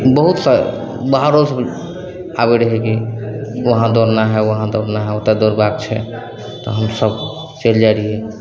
बहुत सर बाहरोसे आबै रहै कि वहाँ दौड़ना है वहाँ दौड़ना है ओतए दौड़बाके छै तऽ हमसभ चलि जाए रहिए